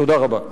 תודה רבה.